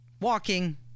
walking